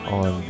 on